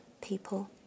people